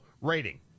rating